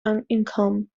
income